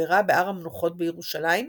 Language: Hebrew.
ונקברה בהר המנוחות בירושלים,